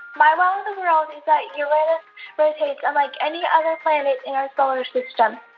my wow in the world is that uranus rotates unlike any other planet in our solar system.